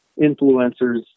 influencers